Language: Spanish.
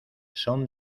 son